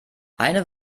eine